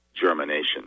germination